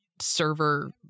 server